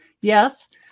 yes